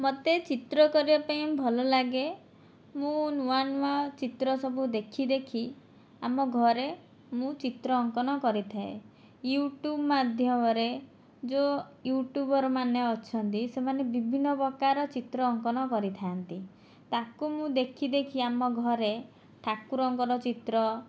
ମୋତେ ଚିତ୍ର କରିବା ପାଇଁ ଭଲ ଲାଗେ ମୁଁ ନୂଆ ନୂଆ ଚିତ୍ର ସବୁ ଦେଖି ଦେଖି ଆମ ଘରେ ମୁଁ ଚିତ୍ର ଅଙ୍କନ କରିଥାଏ ୟୁଟୁବ ମାଧ୍ୟମରେ ଯେଉଁ ୟୁଟୁବର ମାନେ ଅଛନ୍ତି ସେମାନେ ବିଭିନ୍ନ ପ୍ରକାର ଚିତ୍ର ଅଙ୍କନ କରିଥାନ୍ତି ତାକୁ ମୁଁ ଦେଖି ଦେଖି ଆମ ଘରେ ଠାକୁରଙ୍କର ଚିତ୍ର